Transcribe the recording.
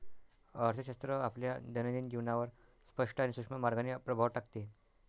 अर्थशास्त्र आपल्या दैनंदिन जीवनावर स्पष्ट आणि सूक्ष्म मार्गाने प्रभाव टाकते